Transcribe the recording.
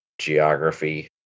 geography